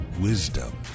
wisdom